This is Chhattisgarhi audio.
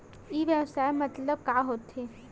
ई व्यवसाय मतलब का होथे?